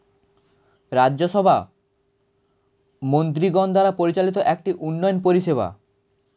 রাজ্য সভা মন্ত্রীগণ দ্বারা পরিচালিত একটি উন্নয়ন পরিষেবা